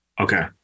Okay